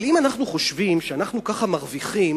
אבל אם אנחנו חושבים שאנחנו ככה מרוויחים